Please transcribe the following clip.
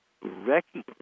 recognize